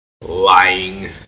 lying